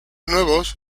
nuevos